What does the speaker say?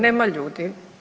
Nema ljudi.